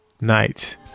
night